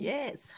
Yes